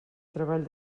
treball